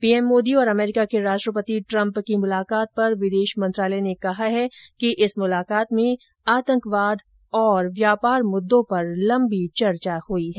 PM Modi और America के राष्ट्रपति ट्रम्प की मुलाकात पर विदेश मंत्रालय ने कहा है कि इस मुलाकात में आतंकवाद और ट्रेड डील पर लम्बी चर्चा हुई है